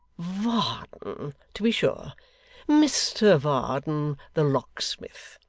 varden to be sure mr varden the locksmith.